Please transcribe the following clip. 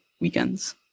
weekends